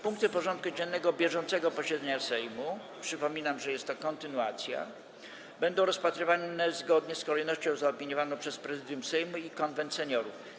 Punkty porządku dziennego bieżącego posiedzenia Sejmu - przypominam, że jest to kontynuacja - będą rozpatrywane zgodnie z kolejnością zaopiniowaną przez Prezydium Sejmu i Konwent Seniorów.